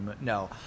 No